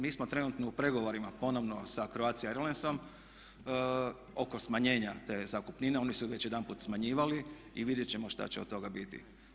Mi smo trenutno u pregovorima ponovno sa Croatia Airlinesom oko smanjenja te zakupnine, oni su već jedanput smanjivali i vidjeti ćemo šta će od toga biti.